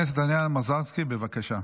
טטיאנה מזרסקי, בבקשה.